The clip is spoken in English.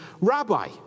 Rabbi